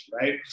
right